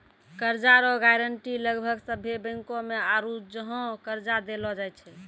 कर्जा रो गारंटी लगभग सभ्भे बैंको मे आरू जहाँ कर्जा देलो जाय छै